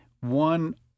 one